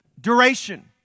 duration